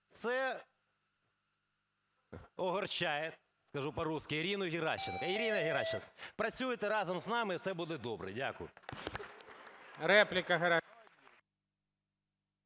це огорчає, скажу по-русски, Ирину Геращенко. Ірина Геращенко, працюйте разом з нами, і все буде добре. Дякую.